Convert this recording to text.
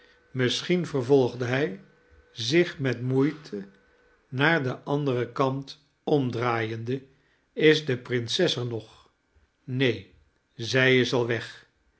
misschien vervolgde hij zich met moeite naar den anderen kant omdraaiende is de prinses er nog neen zij is al weg